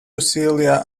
celia